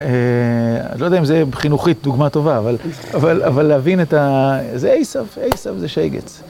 אני לא יודע אם זה חינוכית דוגמה טובה, אבל להבין את ה... זה אייסף, אייסף זה שייגץ.